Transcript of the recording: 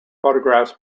photographs